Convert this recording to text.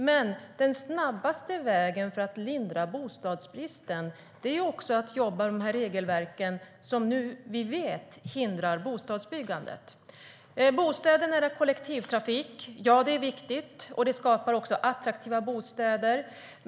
Men den snabbaste vägen till att lindra bostadsbristen är att jobba med de regelverk som vi nu vet hindrar bostadsbyggandet. Bostäder nära kollektivtrafik - ja, det är viktigt, och det skapar också attraktiva bostäder.